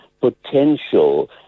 potential